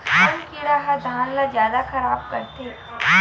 कोन कीड़ा ह धान ल जादा खराब करथे?